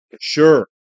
sure